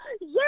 Yes